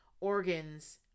organs